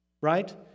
right